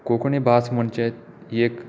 कोंकणी भास म्हणजे एक